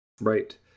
Right